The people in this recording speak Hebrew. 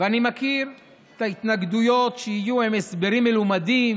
ואני מכיר את ההתנגדויות שיהיו, עם הסברים מלומדים